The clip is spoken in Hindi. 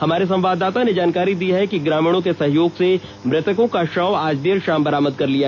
हमारे संवाददाता ने जानकारी दी है कि ग्रामीणों के सहयोग से मृतकों का शव आज देर शाम बरामद कर लिया